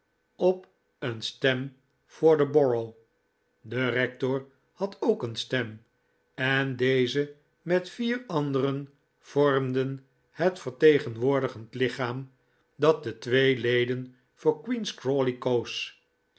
op een stem voor de borough de rector had ook een stem en deze met vier anderen vormden het vertegenwoordigend lichaam dat de twee leden voor queen's